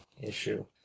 issue